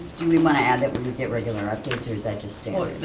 do we want to add that we we get regular updates or is that just